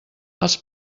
els